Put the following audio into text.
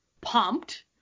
Pumped